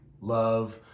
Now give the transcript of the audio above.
love